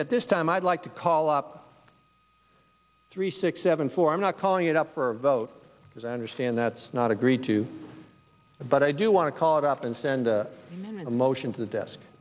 at this time i'd like to call up three six seven four i'm not calling it up for a vote because i understand that's not agreed to but i do want to call it up and send a motion to the desk